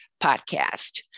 podcast